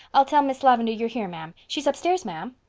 i'll tell miss lavendar you're here, ma'am. she's upstairs, ma'am.